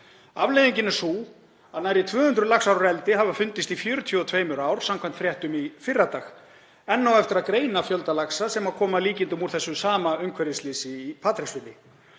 Afleiðingin er sú að nærri 200 laxar úr eldi hafa fundist í 42 ám, samkvæmt fréttum í fyrradag. Enn á eftir að greina fjölda laxa sem koma að líkindum úr þessu sama umhverfisslysi í Patreksfirði